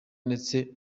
ndetse